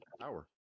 power